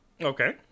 okay